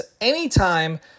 anytime